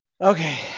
Okay